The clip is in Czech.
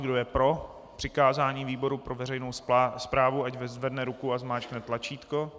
Kdo je pro přikázání výboru pro veřejnou správu, ať zvedne ruku a zmáčkne tlačítko.